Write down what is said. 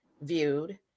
viewed